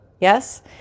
yes